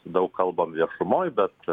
daug kalbam viešumoj bet